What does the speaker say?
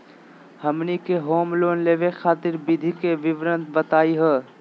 हमनी के home loan लेवे खातीर विधि के विवरण बताही हो?